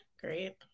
Great